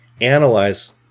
analyze